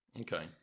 Okay